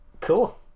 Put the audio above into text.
cool